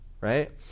right